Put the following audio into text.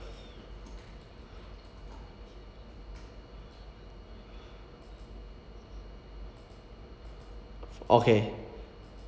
okay